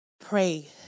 pray